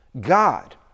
God